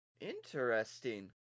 Interesting